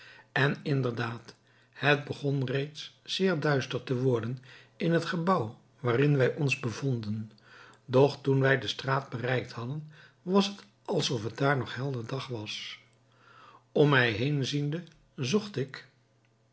en inderdaad het begon reeds zeer duister te worden in het gebouw waarin wij ons bevonden doch toen wij de straat bereikt hadden was het alsof het daar nog helder dag was om mij heen ziende zocht ik